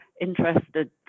interested